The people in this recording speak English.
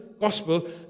Gospel